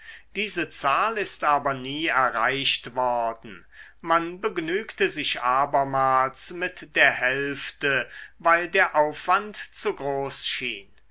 diese zahl ist aber nie erreicht worden man begnügte sich abermals mit der hälfte weil der aufwand zu groß schien